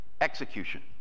execution